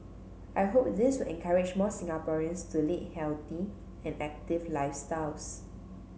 I hope this will encourage more Singaporeans to lead healthy and active lifestyles